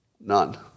None